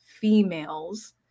females